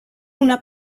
una